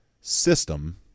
system